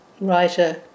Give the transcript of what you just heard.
writer